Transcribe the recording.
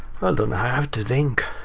and and i have to think.